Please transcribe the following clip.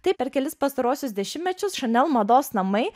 tai per kelis pastaruosius dešimtmečius šanel mados namai